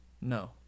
No